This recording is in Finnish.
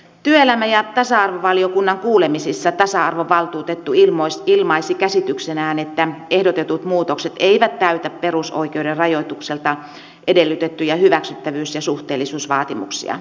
työelämä ja tasa arvovaliokunnan kuulemisissa tasa arvovaltuutettu ilmaisi käsityksenään että ehdotetut muutokset eivät täytä perusoikeuden rajoitukselta edellytettyjä hyväksyttävyys ja suhteellisuusvaatimuksia